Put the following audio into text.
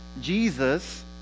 Jesus